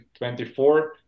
24